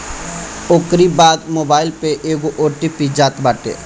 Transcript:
ओकरी बाद मोबाईल पे एगो ओ.टी.पी जात बाटे